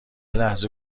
لحظه